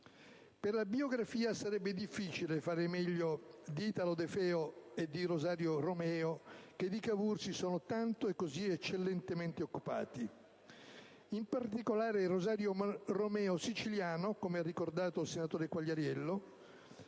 Per la biografia sarebbe difficile fare meglio di Italo De Feo e di Rosario Romeo, che di Cavour si sono tanto e così eccellentemente occupati: in particolare, Rosario Romeo, siciliano, come ha ricordato il senatore Quagliariello,